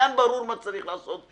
ברור מה צריך לעשות,